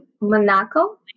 Monaco